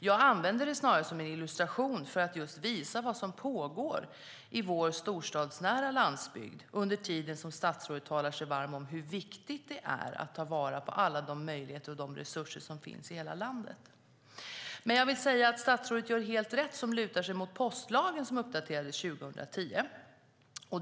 Jag använde det snarare som en illustration för att visa vad som pågår i vår storstadsnära landsbygd under tiden som statsrådet talar sig varm om hur viktigt det är att ta vara på alla de möjligheter och resurser som finns i hela landet. Jag vill dock säga att statsrådet gör helt rätt som lutar sig mot postlagen, som uppdaterades senast 2010.